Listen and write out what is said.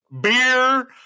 beer